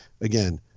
again